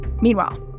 Meanwhile